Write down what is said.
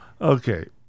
Okay